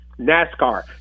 NASCAR